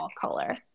color